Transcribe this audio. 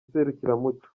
serukiramuco